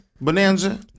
Bonanza